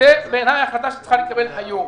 זה בעיניי החלטה שצריכה להתקבל היום,